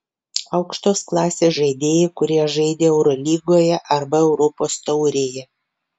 aukštos klasės žaidėjai kurie žaidė eurolygoje arba europos taurėje